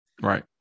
Right